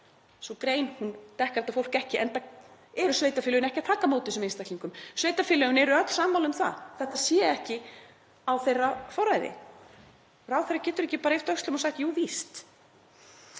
Sú grein dekkar þetta fólk ekki, enda eru sveitarfélögin ekki að taka á móti þessum einstaklingum. Sveitarfélögin eru öll sammála um að þetta sé ekki á þeirra forræði. Ráðherra getur ekki bara yppt öxlum og sagt: Jú, víst.